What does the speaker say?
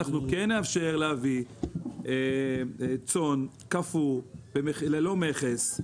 אנחנו כן נאפשר להביא צאן קפוא ללא מכס,